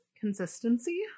consistency